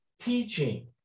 teaching